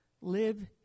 live